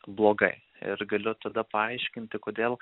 blogai ir galiu tada paaiškinti kodėl